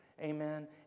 Amen